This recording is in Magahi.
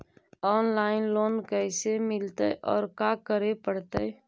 औनलाइन लोन कैसे मिलतै औ का करे पड़तै?